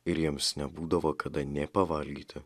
ir jiems nebūdavo kada nė pavalgyti